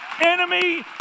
enemy